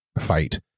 fight